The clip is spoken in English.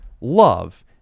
love